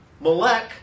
malek